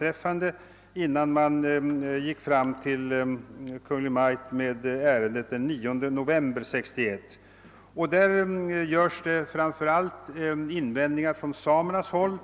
ett sammanträde den 21 oktober innan man gick till Kungl. Maj:t med ärendet den 9 november 1961. I denna framställning till Kungl. Maj:t görs framför allt invändningar från samernas håll.